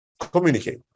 communicate